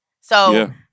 So-